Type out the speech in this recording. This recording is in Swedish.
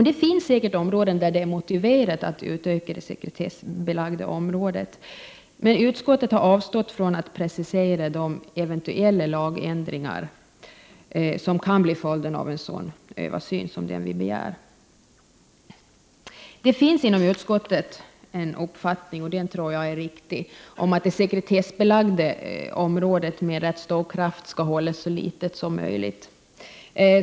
Det finns - säkert områden till vilka det är motiverat att utöka sekretessen, men utskottet har avstått från att precisera de eventuella lagändringar som kan bli följden av en sådan översyn som vi begär. Det finns inom utskottet en uppfattning — den tror jag är riktig — om att det sekretessbelagda området med stor kraft skall hållas så litet som möjligt.